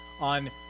on